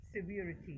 severity